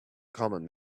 common